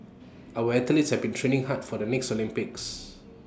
our athletes have been training hard for the next Olympics